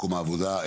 טכניים.